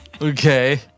okay